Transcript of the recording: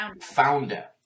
Founder